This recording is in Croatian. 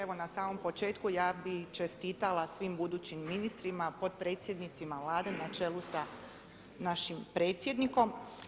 Evo na samom početku ja bih čestitala svim budućim ministrima, potpredsjednicima Vlade na čelu sa našim predsjednikom.